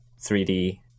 3d